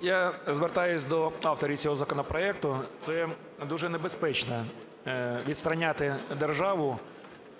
Я звертаюсь до авторів цього законопроекту. Це дуже небезпечно відстроняти державу,